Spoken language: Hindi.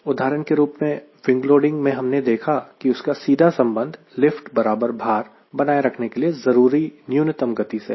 उदाहरण के रूप में विंग लोडिंग में हमने देखा कि उसका सीधा संबंध लिफ्ट बराबर भार बनाए रखने के लिए जरूरी न्यूनतम गति से है